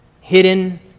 hidden